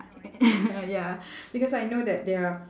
ya because I know that they're